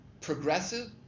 progressive